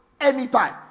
anytime